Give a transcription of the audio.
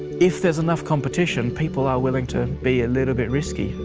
if there's enough competition, people are willing to be a little bit risky.